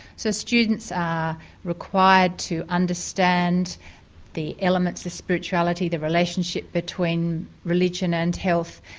so students are required to understand the elements, the spirituality, the relationship between religion and health.